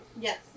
Yes